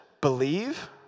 believe